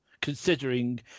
considering